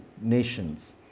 nations